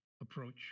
approach